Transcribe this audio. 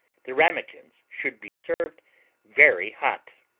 the ramekins should be served very hot.